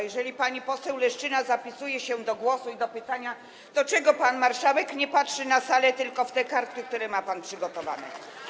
Jeżeli pani poseł Leszczyna zapisuje się do głosu, do pytania, to dlaczego pan marszałek nie patrzy na salę, tylko w te karty, które ma pan przygotowane?